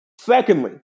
Secondly